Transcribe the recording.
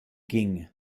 ging